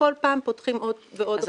כל פעם פותחים בעוד ועוד רשויות.